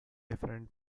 different